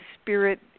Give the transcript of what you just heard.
spirit